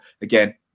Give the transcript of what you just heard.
again